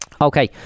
okay